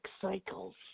cycles